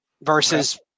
versus